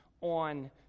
on